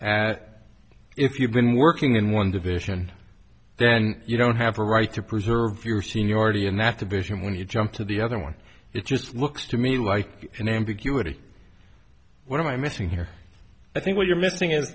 at if you've been working in one division then you don't have a right to preserve your seniority and after beijing when you jump to the other one it just looks to me like an ambiguity what am i missing here i think what you're missing i